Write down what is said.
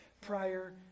prior